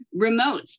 remotes